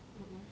mm mm